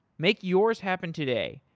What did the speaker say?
make yours happen today.